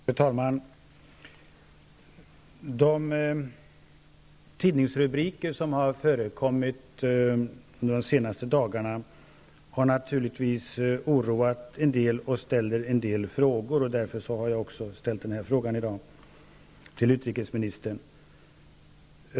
Fru talman! De tidningsrubriker som har förekommit under de senaste dagarna har naturligtvis oroat en del och rest några frågor. Jag har därför ställt den fråga till utrikesministern som besvaras i dag.